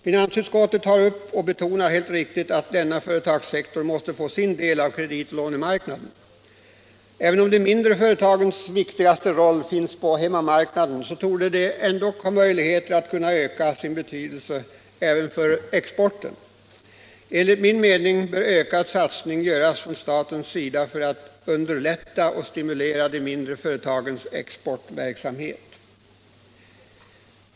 Finansutskottet tar upp och betonar helt riktigt att denna företagssektor måste få sin del av kreditoch lånemarknaden. Även om de mindre företagens viktigaste roll finns på hemmamarknaden, torde de ha möjligheter att öka sin betydelse också för exporten. Enligt min mening bör en ökad satsning göras från statens sida för att underlätta och stimulera de mindre företagens exportverksamhet.